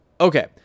Okay